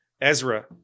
Ezra